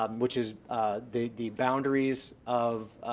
um which is the the boundaries of